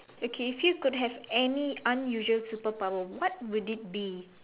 okay if you could have any unusual superpower what would it be